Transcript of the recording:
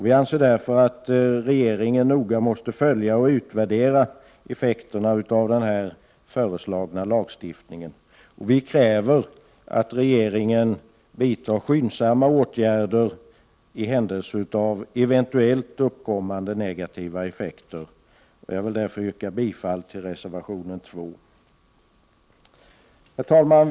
Vi anser därför att regeringen noga måste följa och utvärdera effekterna av| den föreslagna lagstiftningen, och vi kräver att regeringen skyndsamt vidtar åtgärder i händelse av eventuellt uppkommande negativa effekter. Jag vill därför yrka bifall till reservation 2. Herr talman!